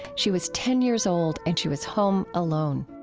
she was ten years old and she was home alone